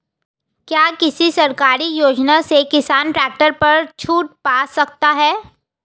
क्या किसी सरकारी योजना से किसान ट्रैक्टर पर छूट पा सकता है?